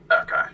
Okay